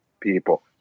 people